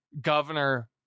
Governor